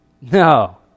No